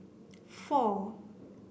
four